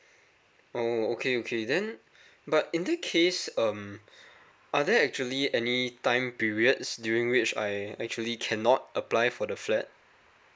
oh okay okay then but in this case um are there actually any time periods during which I actually cannot apply for the flat